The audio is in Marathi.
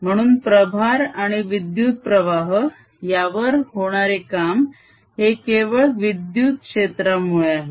म्हणून प्रभार आणि विद्युत प्रवाह यावर होणार काम हे केवळ विद्युत क्षेत्रामुळे आहे